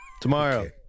Tomorrow